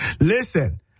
Listen